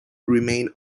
remained